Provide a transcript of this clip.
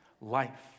life